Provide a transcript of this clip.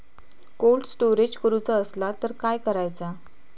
Cold storage करूचा असला तर कसा करायचा?